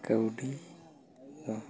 ᱠᱟᱹᱣᱰᱤ